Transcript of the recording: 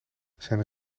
zijn